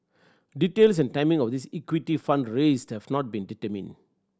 details and timing of this equity fund raising have not been determined